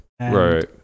right